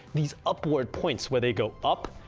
these upward points, where they go up,